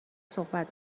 صحبت